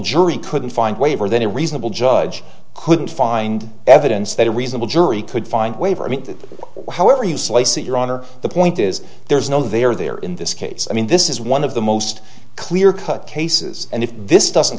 jury couldn't find waiver then a reasonable judge couldn't find evidence that a reasonable jury could find waiver i mean however you slice it your honor the point is there's no there there in this case i mean this is one of the most clear cut cases and if this doesn't